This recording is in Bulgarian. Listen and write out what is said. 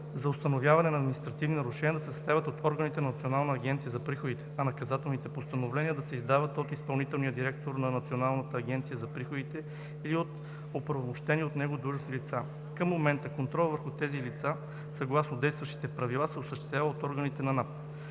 за установяване на административни нарушения да се съставят от органите на Националната агенция за приходите, а наказателните постановления да се издават от изпълнителния директор на Националната агенция за приходите или от оправомощени от него длъжностни лица. Към момента контролът върху тези лица, съгласно действащите правила, се осъществява от органите на НАП.